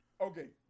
Okay